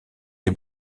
les